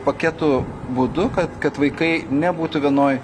paketų būdu kad kad vaikai nebūtų vienoj